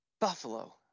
Buffalo